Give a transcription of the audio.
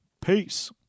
Peace